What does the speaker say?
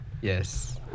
yes